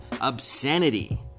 obscenity